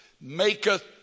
maketh